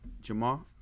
Jamal